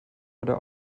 oder